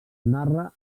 narra